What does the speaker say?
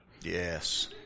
Yes